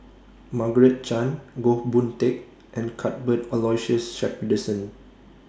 Margaret Chan Goh Boon Teck and Cuthbert Aloysius Shepherdson